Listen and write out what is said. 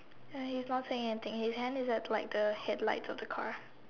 uh he's not saying anything his hands is at like the headlights of the car